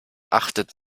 achtet